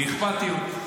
באכפתיות.